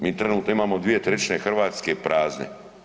Mi trenutno ima 2/3 Hrvatske prazne.